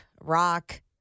rock